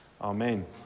Amen